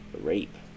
rape